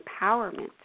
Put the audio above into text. empowerment